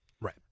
right